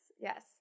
Yes